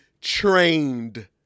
trained